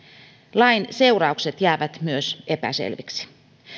lain seuraukset jäävät myös epäselviksi